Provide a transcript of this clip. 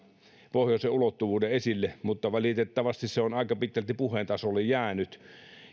pohjoisen ulottuvuuden esille mutta valitettavasti se on aika pitkälti puheen tasolle jäänyt